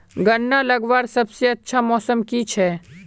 गन्ना लगवार सबसे अच्छा मौसम की छे?